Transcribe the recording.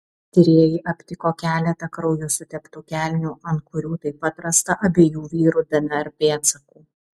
tyrėjai aptiko keletą krauju suteptų kelnių ant kurių taip pat rasta abiejų vyrų dnr pėdsakų